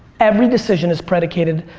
every decision is predicated,